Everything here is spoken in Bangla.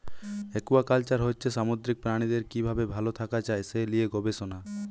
একুয়াকালচার হচ্ছে সামুদ্রিক প্রাণীদের কি ভাবে ভাল থাকা যায় সে লিয়ে গবেষণা